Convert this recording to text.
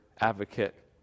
advocate